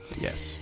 Yes